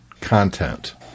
content